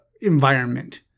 environment